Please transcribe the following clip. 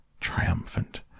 triumphant